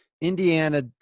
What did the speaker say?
Indiana